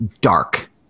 dark